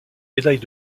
médaille